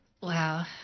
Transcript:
Wow